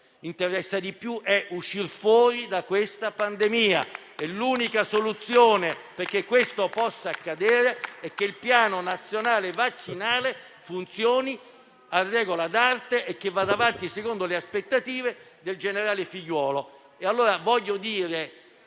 interessa di più è uscire fuori dalla pandemia. E l'unica soluzione perché questo possa accadere è che il piano nazionale vaccinale funzioni a regola d'arte e vada avanti secondo le aspettative del generale Figliuolo.